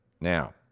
Now